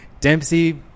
Dempsey